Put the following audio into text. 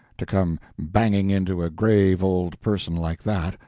to come banging into a grave old person like that,